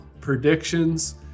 predictions